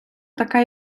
така